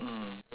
mm